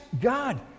god